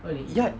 ya